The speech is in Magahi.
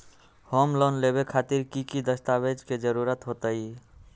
होम लोन लेबे खातिर की की दस्तावेज के जरूरत होतई?